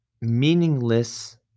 meaningless